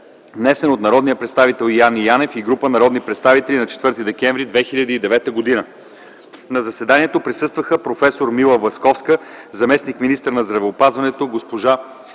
внесен от народния представител Яне Янев и група народни представители на 4 декември 2009 г. На заседанието присъстваха проф. Мила Власковска – заместник-министър на здравеопазването, господин